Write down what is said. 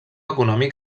econòmic